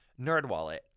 NerdWallet